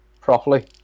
properly